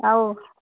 ꯑꯥꯎ